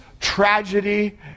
tragedy